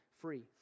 free